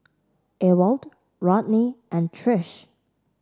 Ewald Rodney and Trish